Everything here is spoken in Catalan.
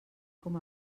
com